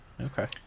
Okay